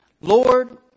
Lord